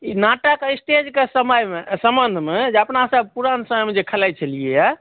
ई नाटक अछि तेज के समय सम्बन्ध मे जे अपना सब पुराण समय मे खेलाइ छलिइया